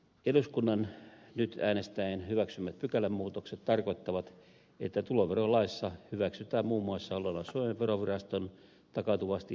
eduskunnan nyt äänestäen hyväksymät pykälänmuutokset tarkoittavat että tuloverolaissa hyväksytään muun muassa lounais suomen veroviraston takautuvasti muuttama tulkintalinja